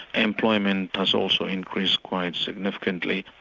employment has also increased quite significantly.